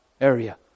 area